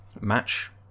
match